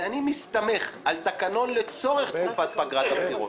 ואני מסתמך על תקנון לצורך תקופת פגרת הבחירות,